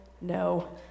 no